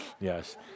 Yes